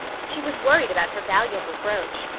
she was worried about her valuable brooch.